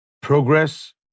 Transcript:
progress